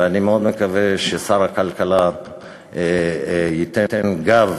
ואני מאוד מקווה ששר הכלכלה ייתן גב